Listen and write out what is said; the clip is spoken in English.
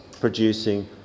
producing